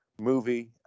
movie